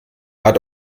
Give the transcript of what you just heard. hat